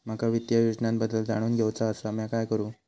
माका वित्तीय योजनांबद्दल जाणून घेवचा आसा, म्या काय करू?